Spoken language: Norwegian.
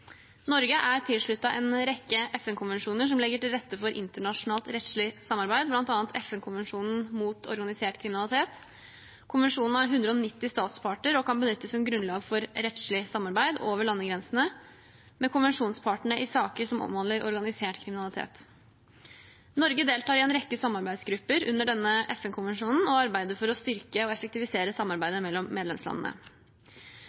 Norge er tilsluttet en rekke FN-konvensjoner som legger til rette for internasjonalt rettslig samarbeid, bl.a. FN-konvensjonen mot organisert kriminalitet. Konvensjonen har 190 statsparter og kan benyttes som grunnlag for rettslig samarbeid over landegrensene med konvensjonspartene i saker som omhandler organisert kriminalitet. Norge deltar i en rekke samarbeidsgrupper under denne FN-konvensjonen og arbeider for å styrke og effektivisere